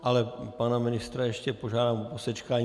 Ale pana ministra ještě požádám o posečkání.